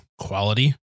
quality